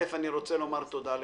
ראשית, אני רוצה לומר תודה לכולם.